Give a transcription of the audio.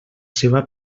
seva